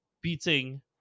beating